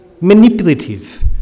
manipulative